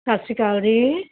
ਸਤਿ ਸ਼੍ਰੀ ਅਕਾਲ ਜੀ